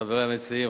חברי המציעים,